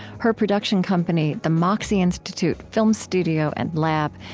her production company, the moxie institute film studio and lab,